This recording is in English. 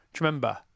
remember